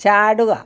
ചാടുക